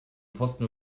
posten